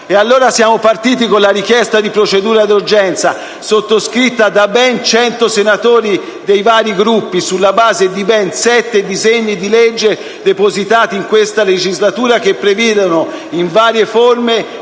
Se allora siamo partiti con la richiesta di procedura d'urgenza, sottoscritta da ben 100 senatori dei vari Gruppi, sulla base di ben sette disegni di legge depositati in questa legislatura che prevedono in varie forme